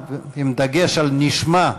השופט מרדכי בן-דרור, יושב-ראש ועדת מינויים,